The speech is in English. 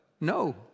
no